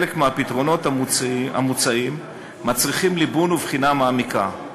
חלק מהפתרונות המוצעים מצריכים ליבון ובחינה מעמיקה,